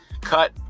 cut